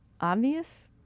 obvious